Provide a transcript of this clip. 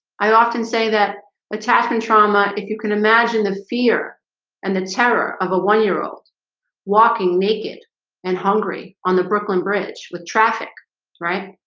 i often say that attachment trauma if you can imagine the fear and the terror of a one-year-old walking naked and hungry on the bridge and bridge with traffic right?